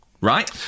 Right